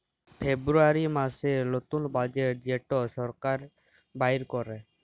ফেব্রুয়ারী মাসের লতুল বাজেট যেট সরকার বাইর ক্যরে